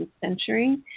century